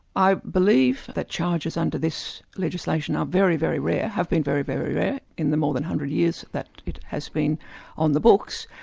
i believe that charges under this legislation are very, very rare have been very, very rare in the more than one hundred years that it has been on the books.